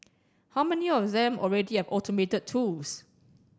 how many of them already have automated tools